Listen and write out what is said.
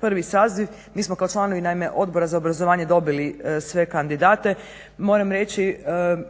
prvi saziv. Mi smo kao članovi naime Odbora za obrazovanje dobili sve kandidate. Moram reći